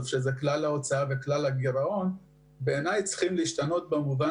שזה כלל ההוצאה וכלל הגירעון צריכים להשתנות במובן